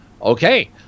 okay